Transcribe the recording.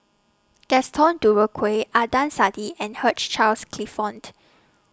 Gaston Dutronquoy Adnan Saidi and Hugh Charles Clifford